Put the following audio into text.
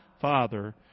Father